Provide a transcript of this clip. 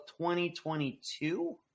2022